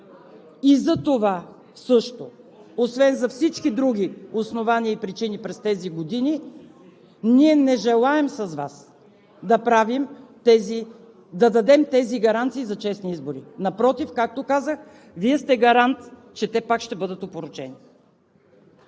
И за това – също. Освен за всички други основания и причини през тези години, ние не желаем с Вас да дадем тези гаранции за честни избори. Напротив, както казах, Вие сте гарант, че те пак ще бъдат опорочени.